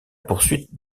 poursuite